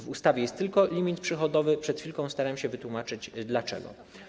W ustawie jest tylko limit przychodowy, przed chwilką starałem się wytłumaczyć dlaczego.